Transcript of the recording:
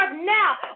now